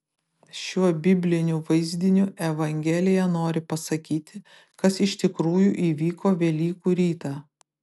šiuo bibliniu vaizdiniu evangelija nori pasakyti kas iš tikrųjų įvyko velykų rytą